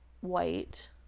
white